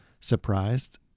surprised